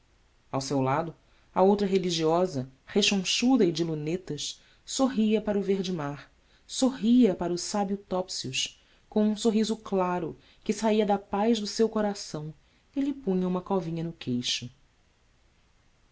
ao seu lado a outra religiosa rechonchuda e de lunetas sorria para o verde mar sorria para o sábio topsius com um sorriso claro que saía da paz do seu coração e lhe punha uma covinha no queixo